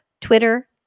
Twitter